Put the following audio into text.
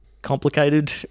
Complicated